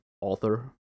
author